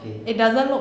okay